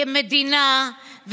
כמדינה,